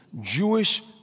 Jewish